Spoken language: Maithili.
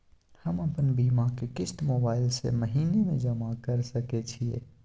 हम अपन बीमा के किस्त मोबाईल से महीने में जमा कर सके छिए?